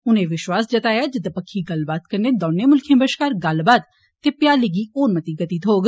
उनें विष्वास जताया जे दपक्खी गल्लबात कन्नै दौनें मुल्खें बष्कार गल्लबात ते भ्याली गी होर मती गति थ्होग